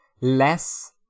less